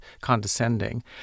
condescending